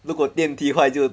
如果电梯坏就